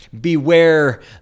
Beware